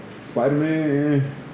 Spider-Man